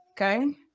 Okay